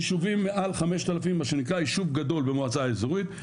יישובים מעל 5,000 מה שנקרא יישוב גדול במועצה אזורית,